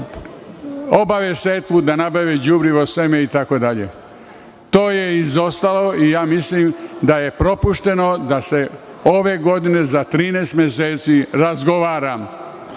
obave setvu, da nabave đubrivo, seme, itd. To je izostalo i ja mislim da je propušteno da se ove godine za 13 meseci razgovara